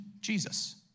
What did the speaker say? Jesus